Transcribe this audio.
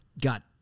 Got